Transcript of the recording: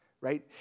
right